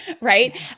right